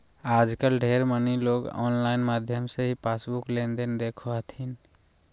आजकल ढेर मनी लोग आनलाइन माध्यम से ही पासबुक लेनदेन देखो हथिन